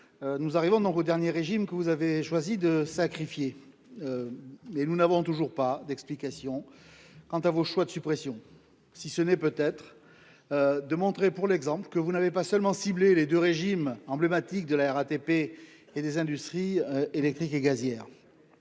Nous arrivons donc au dernier régime que vous avez choisi de sacrifier. Mais nous n'avons toujours pas d'explication quant à vos choix de suppression si ce n'est peut être. De montrer pour l'exemple que vous n'avez pas seulement ciblée les 2 régimes emblématique de la RATP. Il y a des industries électriques et gazières.